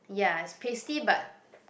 ya it's pasty but